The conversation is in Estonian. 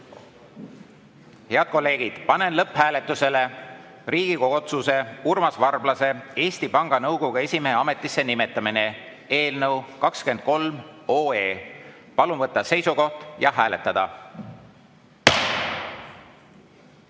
Head kolleegid, panen lõpphääletusele Riigikogu otsuse "Urmas Varblase Eesti Panga Nõukogu esimehe ametisse nimetamine" eelnõu 23. Palun võtta seisukoht ja hääletada!